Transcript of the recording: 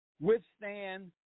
withstand